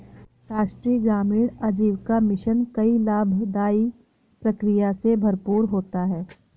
राष्ट्रीय ग्रामीण आजीविका मिशन कई लाभदाई प्रक्रिया से भरपूर होता है